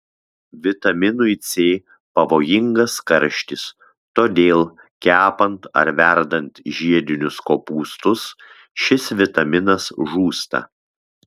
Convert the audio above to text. vitaminui c pavojingas karštis todėl kepant ar verdant žiedinius kopūstus šis vitaminas žūsta